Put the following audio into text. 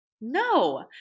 No